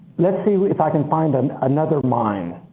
let's see if i can find and another mine.